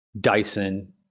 Dyson